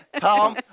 Tom